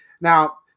Now